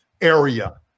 area